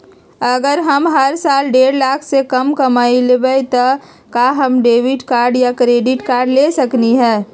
अगर हम हर साल डेढ़ लाख से कम कमावईले त का हम डेबिट कार्ड या क्रेडिट कार्ड ले सकली ह?